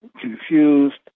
confused